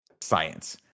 science